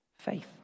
Faith